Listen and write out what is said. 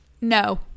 No